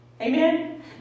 Amen